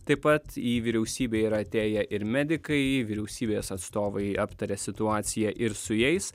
taip pat į vyriausybę yra atėję ir medikai vyriausybės atstovai aptarė situaciją ir su jais